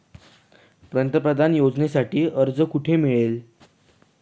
पंतप्रधान योजनेसाठी अर्ज कुठे मिळेल?